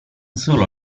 solo